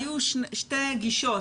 היו שתי גישות,